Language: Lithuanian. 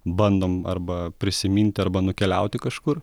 bandom arba prisiminti arba nukeliauti kažkur